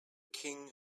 king